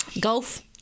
golf